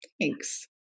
Thanks